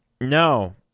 No